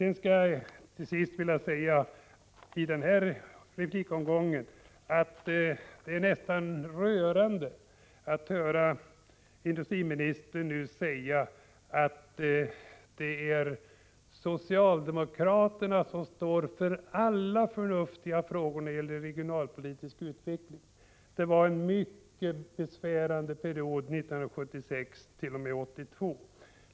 Jag vill till sist i den här replikomgången säga följande. Det är nästan rörande att höra industriministern säga att det är socialdemokraterna som står för alla förnuftiga åtgärder när det gäller regionalpolitisk utveckling. Det var en mycket besvärande period 1976-1982.